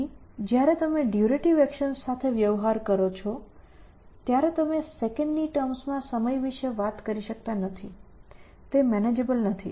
અહીં જ્યારે તમે ડયુરેટીવ એકશન્સ સાથે વ્યવહાર કરો છો ત્યારે તમે સેકંડ ની ટર્મ્સ માં સમય વિશે વાત કરી શકતા નથી તે મેનેજેબલ નથી